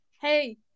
hey